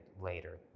later